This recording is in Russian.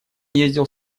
ездил